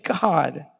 God